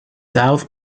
south